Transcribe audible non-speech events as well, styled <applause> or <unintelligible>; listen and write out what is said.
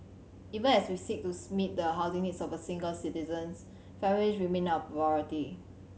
even as we seek to <unintelligible> meet the housing needs of single citizens families remain our <unintelligible>